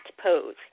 pose